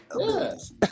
yes